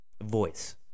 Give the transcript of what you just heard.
voice